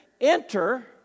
Enter